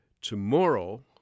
tomorrow